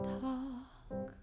talk